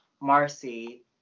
Marcy